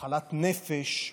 "מחלת נפש",